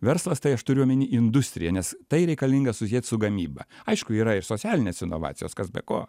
verslas tai aš turiu omeny industrija nes tai reikalinga susiet su gamyba aišku yra ir socialinės inovacijos kas be ko